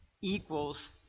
equals